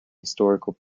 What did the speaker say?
historical